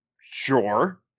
Sure